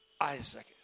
Isaac